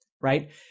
right